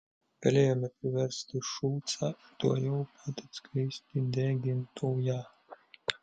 galėjome priversti šulcą tuojau pat atskleisti degintoją